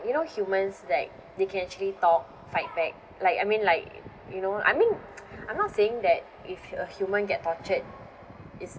you know humans like they can actually talk fight back like I mean like you know I mean I'm not saying that if a human get tortured it's